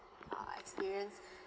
uh experience